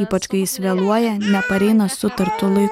ypač kai jis vėluoja nepareina sutartu laiku